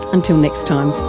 until next time